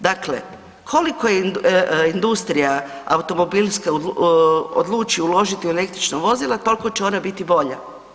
Dakle, koliko je industrija automobilska odlučiti u električna vozila toliko će ona biti bolja.